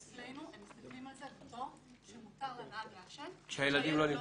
אצלנו מסתכלים על זה כאילו מותר לנהג לעשן כשהילד לא שם.